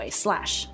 slash 。